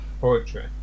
poetry